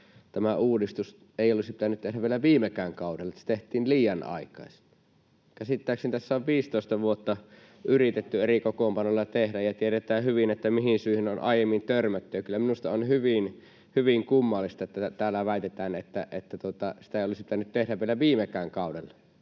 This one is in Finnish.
tätä uudistusta ei olisi pitänyt tehdä vielä viime kaudellakaan, että se tehtiin liian aikaisin. Käsittääkseni tässä on 15 vuotta yritetty eri kokoonpanoilla tehdä, ja tiedetään hyvin, mihin syihin on aiemmin törmätty. Kyllä minusta on hyvin kummallista, että täällä väitetään, että sitä ei olisi pitänyt tehdä vielä viime kaudellakaan.